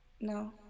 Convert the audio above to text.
No